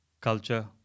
culture